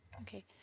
Okay